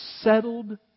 settled